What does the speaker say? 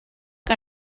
que